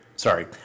Sorry